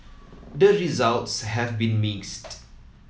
the results have been mixed